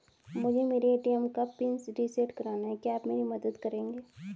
मुझे मेरे ए.टी.एम का पिन रीसेट कराना है क्या आप मेरी मदद करेंगे?